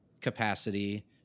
capacity